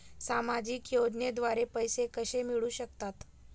सामाजिक योजनेद्वारे पैसे कसे मिळू शकतात?